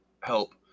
help